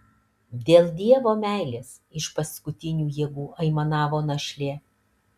dėl dievo meilės iš paskutinių jėgų aimanavo našlė